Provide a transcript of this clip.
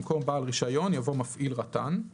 במקום "בעל הרישיון" יבוא "מפעיל רט"ן";